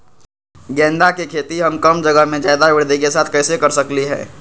गेंदा के खेती हम कम जगह में ज्यादा वृद्धि के साथ कैसे कर सकली ह?